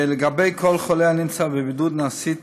לגבי כל חולה הנמצא בבידוד נעשית